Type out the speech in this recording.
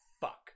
fuck